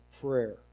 prayer